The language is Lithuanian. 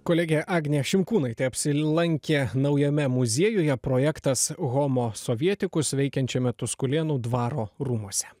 kolegė agnė šimkūnaitė apsilankė naujame muziejuje projektas homo sovietikus veikiančiame tuskulėnų dvaro rūmuose